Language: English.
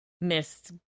missed